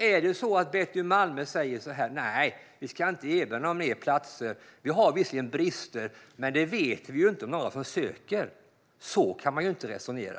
Är det så att Betty Malmberg säger: Nej, vi ska inte erbjuda några fler platser - vi har visserligen brister, men vi vet inte om det är några som söker? Så kan man inte resonera.